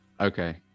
Okay